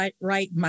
right